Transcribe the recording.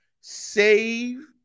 Save